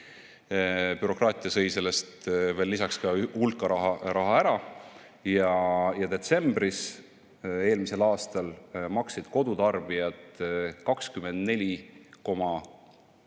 Bürokraatia sõi sellest veel lisaks ka hulka raha ära. Detsembris eelmisel aastal maksid kodutarbijad 24,33